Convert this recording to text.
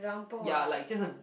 ya like just a